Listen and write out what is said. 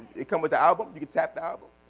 it come with the album, you can tap the album?